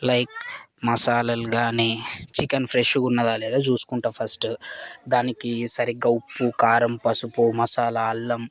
like మసాలలు కానీ chicken ఫ్రెష్గా ఉన్నదా లేదా చూసుకుంటాను ఫస్ట్ దానికి సరిగ్గా ఉప్పు కారం పసుపు మసాలా అల్లం